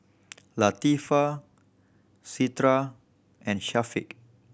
Latifa Citra and Syafiq